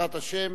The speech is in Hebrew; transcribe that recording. בעזרת השם,